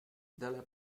dalla